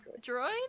Droid